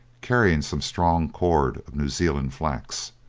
carrying some strong cord, of new zealand flax.